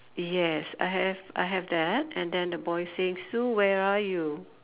yes I have I have that and then the boy says Sue where are you